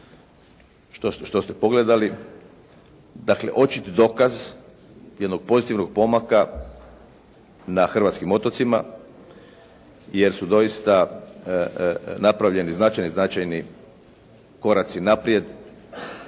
što ste pogledali, dakle očit dokaz jednog pozitivnog pomaka na hrvatskim otocima jer su doista napravljeni značajni značajni koraci naprijed